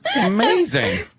amazing